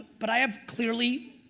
but i have clearly,